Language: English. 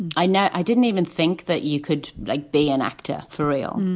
i know i didn't even think that you could like be an actor for real.